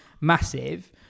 massive